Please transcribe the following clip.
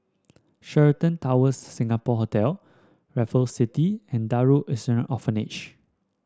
Sheraton Towers Singapore Hotel Raffles City and Darul Ihsan Orphanage